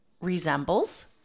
resembles